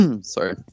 Sorry